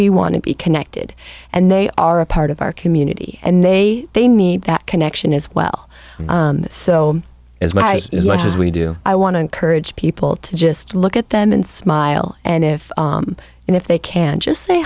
we want to be connected and they are a part of our community and they they need that connection as well so as my as much as we do i want to encourage people to just look at them and smile and if and if they can just say